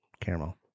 Caramel